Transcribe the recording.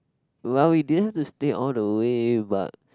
well we didn't have to stay all the way but